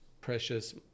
precious